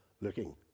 looking